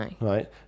right